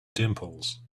dimples